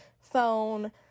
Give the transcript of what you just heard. phone